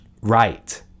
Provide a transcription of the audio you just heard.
right